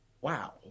Wow